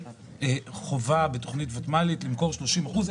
חובה בתוכנית ותמ"לית למכור 30 אחוז,